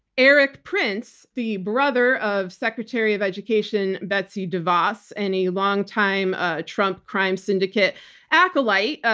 erik prince, the brother of secretary of education betsy devos and a long-time ah trump crime syndicate acolyte,